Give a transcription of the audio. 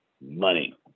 money